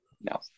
No